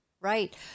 right